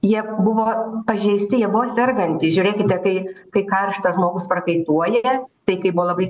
jie buvo pažeisti jie buvo sergantys žiūrėkite kai kai karšta žmogus prakaituoja tai kai buvo labai